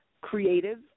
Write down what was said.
creative